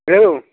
hello